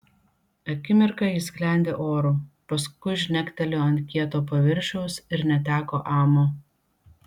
akimirką ji sklendė oru paskui žnektelėjo ant kieto paviršiaus ir neteko amo